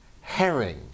herring